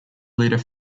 leader